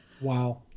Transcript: wow